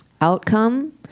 outcome